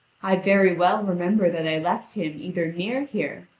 i very well remember that i left him either near here,